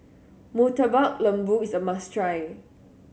Murtabak Lembu is a must try